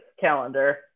calendar